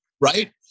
Right